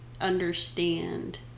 understand